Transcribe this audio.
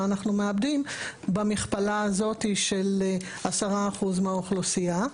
אנחנו מאבדים במכפלה הזאת של 10% מהאוכלוסייה.